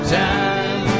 time